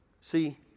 See